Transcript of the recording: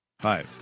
Hi